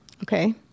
Okay